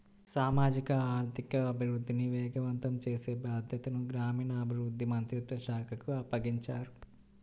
సామాజిక ఆర్థిక అభివృద్ధిని వేగవంతం చేసే బాధ్యతను గ్రామీణాభివృద్ధి మంత్రిత్వ శాఖకు అప్పగించారు